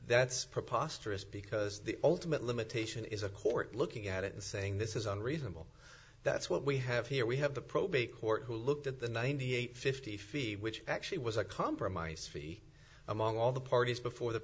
preposterous because the ultimate limitation is a court looking at it and saying this is unreasonable that's what we have here we have the probate court who looked at the ninety eight fifty feet which actually was a compromise fee among all the parties before the